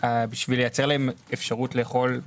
לייצר להם אפשרות לאכול-